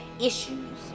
issues